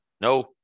No